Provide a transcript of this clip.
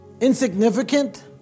Insignificant